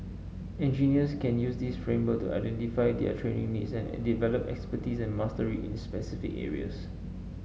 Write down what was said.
engineers can use this framework to identify their training needs and develop expertise and mastery in specific areas